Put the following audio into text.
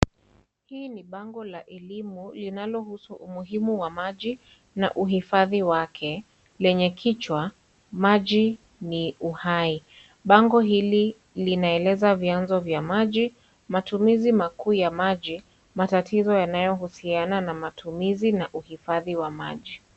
Hili ni bango la elimu linalohusu umuhimu wa maji na uhifadhi wake lenye kichwa maji ni uhai bango hili linaeleza vyanzo vya maji matumizi makuu ya maji matatizo yanayohusiana na matumizi na uhifadhi wa maji.